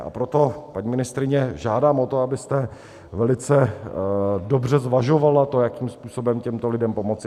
A proto, paní ministryně, žádám o to, abyste velice dobře zvažovala to, jakým způsobem těmto lidem pomoci.